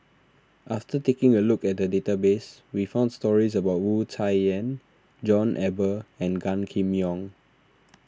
after taking a look at the database we found stories about Wu Tsai Yen John Eber and Gan Kim Yong